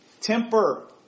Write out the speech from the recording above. temper